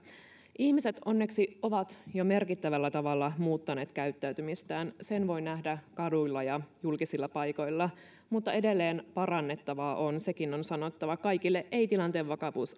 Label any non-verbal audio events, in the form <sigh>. ihmiset onneksi ovat jo merkittävällä tavalla muuttaneet käyttäytymistään sen voi nähdä kaduilla ja julkisilla paikoilla mutta edelleen parannettavaa on sekin on sanottava kaikille ei tilanteen vakavuus <unintelligible>